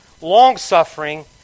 long-suffering